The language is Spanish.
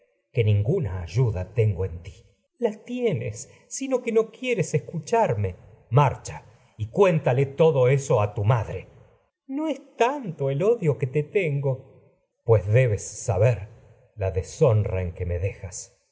que ninguna ayuda tengo en ti sino que no crisótemis charrne electra tienes quieres escúmarcha y cuéntale todo eso a tu ma dre crisótemis no es tanto el odio que te tengo que me electra pues debes saber la deshonra en dejas